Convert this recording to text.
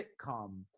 sitcom